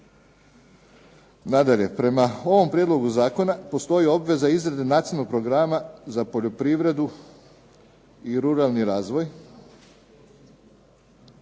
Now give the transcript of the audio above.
Nadalje, prema ovom prijedlogu zakona postoji obveza izrade Nacionalnog programa za poljoprivredu i ruralni razvoj.